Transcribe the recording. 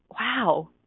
wow